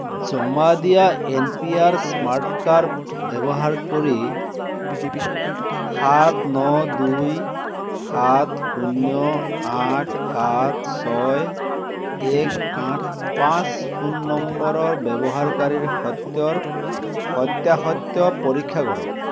জমা দিয়া N P R smart card ব্যৱহাৰ কৰি সাত ন দুই সাত শূন্য আঠ সাত ছয় এক আঠ পাঁচ ফোন নম্বৰৰ ব্যৱহাৰকাৰীৰ সত্যৰ সত্যাসত্য পৰীক্ষা কৰক